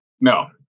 No